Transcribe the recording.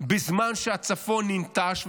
בזמן שהצפון ננטש,